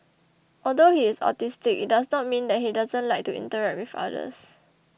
although he is autistic it does not mean that he doesn't like to interact with others